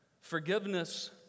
Forgiveness